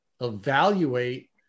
Evaluate